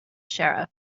sheriff